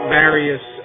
various